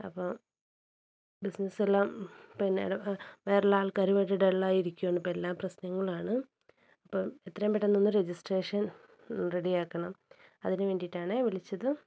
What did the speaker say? അപ്പം ബിസിനസ് എല്ലാം പിന്നെ വേറെ ഉള്ള ആൾക്കാരുമായിട്ട് ഡെൾ ആയിരിക്കുകയാണ് ഇപ്പം എല്ലാം പ്രശ്നങ്ങളാണ് അപ്പം എത്രയും പെട്ടെന്ന് ഒന്ന് രജിസ്ട്രേഷൻ റെഡി ആക്കണം അതിന് വേണ്ടിയിട്ടാണ് വിളിച്ചത്